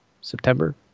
September